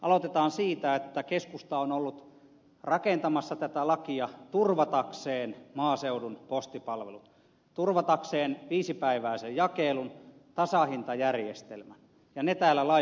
aloitetaan siitä että keskusta on ollut rakentamassa tätä lakia turvatakseen maaseudun postipalvelut turvatakseen viisipäiväisen jakelun tasahintajärjestelmän ja ne täällä laissa lukee